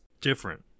different